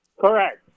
Correct